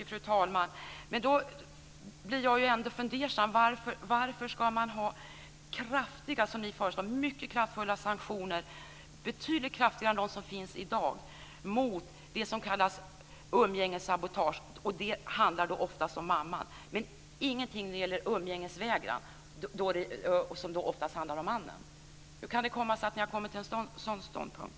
Fru talman! Då blir jag ändå fundersam. Varför ska man ha, som ni föreslår, mycket kraftfulla sanktioner, betydligt kraftigare än de som finns i dag, mot det som kallas umgängessabotage, som oftast handlar om mamman, men ingenting när det gäller umgängesvägran, som oftast handlar om mannen? Hur kan det komma sig att ni har kommit fram till en sådan ståndpunkt?